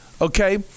okay